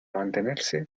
mantenerse